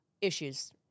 issues